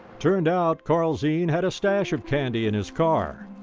turned out, carl zeen had a stash of candy in his car.